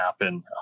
happen